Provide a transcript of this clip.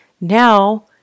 now